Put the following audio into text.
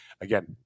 again